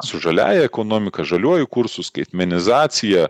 su žaliąja ekonomika žaliuoju kursu skaitmenizacija